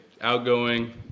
outgoing